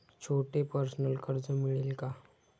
छोटे पर्सनल कर्ज मिळेल का?